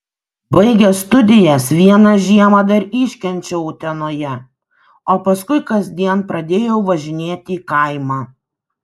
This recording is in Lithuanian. baigęs studijas vieną žiemą dar iškenčiau utenoje o paskui kasdien pradėjau važinėti į kaimą